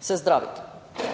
se zdraviti.